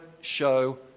show